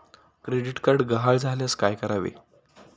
Credit card गहाळ झाल्यास काय करावे?